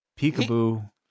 peekaboo